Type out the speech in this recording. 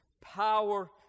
Power